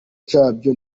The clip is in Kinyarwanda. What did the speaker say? cyabyo